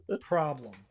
problem